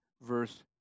verse